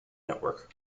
network